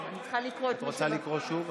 את רוצה לקרוא שוב?